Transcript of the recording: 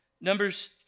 Numbers